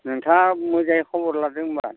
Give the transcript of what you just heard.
नोंथाङा मोजाङै खबर लादो होनबा